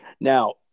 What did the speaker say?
Now